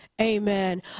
Amen